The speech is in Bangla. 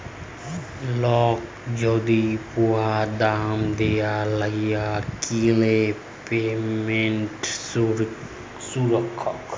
লক যদি পুরা দাম দিয়া লায় কিলে পেমেন্ট সুরক্ষা